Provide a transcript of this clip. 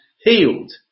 healed